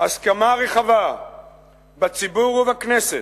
הסכמה רחבה בציבור ובכנסת,